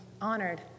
honored